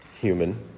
human